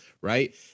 right